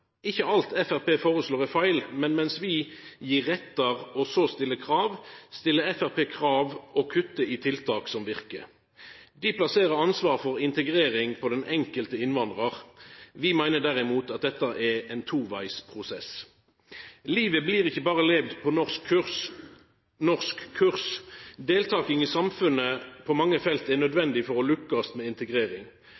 Ikkje alt Framstegspartiet foreslår, er feil, men mens vi gir rettar og så stiller krav, stiller Framstegspartiet krav og kuttar i tiltak som verkar. Dei plasserer ansvaret for integrering på den enkelte innvandraren. Vi meiner derimot at dette er ein tovegsprosess. Livet blir ikkje berre levd på norskkurs. Deltaking i samfunnet på mange felt er